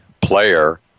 player